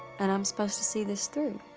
and i'm supposed to see this through.